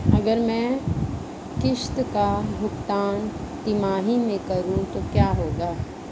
अगर मैं किश्त का भुगतान तिमाही में करूं तो क्या होगा?